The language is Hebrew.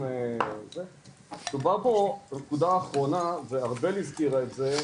נקודה אחרונה וארבל הזכירה את זה,